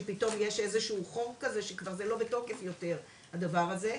שפתאום יש איזה שהוא חור כזה שכבר לא בתוקף יותר הדבר הזה,